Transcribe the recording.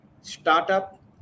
startup